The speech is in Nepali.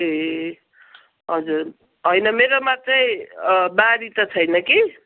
ए हजुर होइन मेरोमा चाहिँ बारी त छैन कि